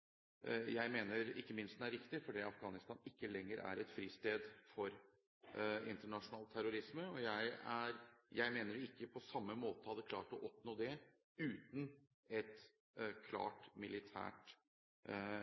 et fristed for internasjonal terrorisme. Jeg mener at man ikke hadde klart å oppnå dette på samme måte uten et klart militært